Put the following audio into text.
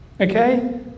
Okay